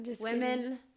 Women